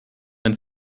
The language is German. ein